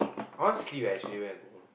I want sleep eh actually when I go home